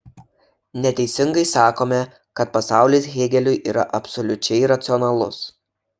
neteisingai sakome kad pasaulis hėgeliui yra absoliučiai racionalus